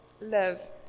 live